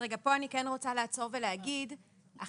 כאן אני כן רוצה לעצור ולומר שעכשיו,